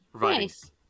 Nice